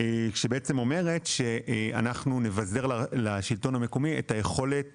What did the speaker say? שאומרת שנבזר לשלטון המקומי את היכולת